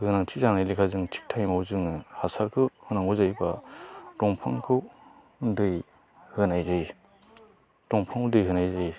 गोनांथि जानाय लेखा जों थिग टाइमाव जोङो हासारखौ होनांगौ जायो बा दंफांखौ दै होनाय जायो दंफाङाव दै होनाय जायो